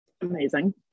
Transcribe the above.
Amazing